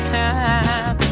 time